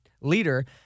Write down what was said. leader